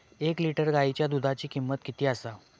एक लिटर गायीच्या दुधाची किमंत किती आसा?